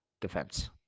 defense